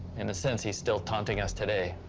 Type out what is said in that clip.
in a sense, he's still taunting us today.